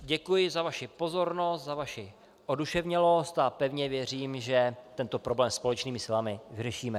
Děkuji za vaši pozornost, za vaši oduševnělost a pevně věřím, že tento problém společnými silami vyřešíme.